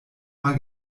mal